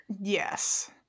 Yes